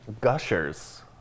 Gushers